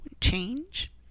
change